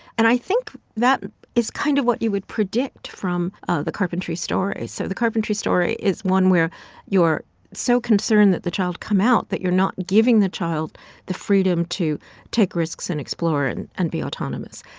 and i think that is kind of what you would predict from ah the carpentry story so the carpentry story is one where you're so concerned that the child come out that you're not giving the child the freedom to take risks and explore and and be autonomous.